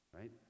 right